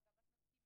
והוא מקבל